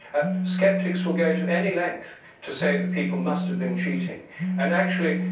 skeptics will go to any length to say that people must have been cheating and actually,